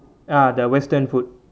ya the western food